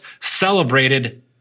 celebrated